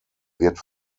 wird